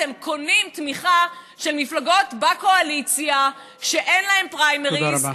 אתם קונים תמיכה של מפלגות בקואליציה שאין להן פריימריז,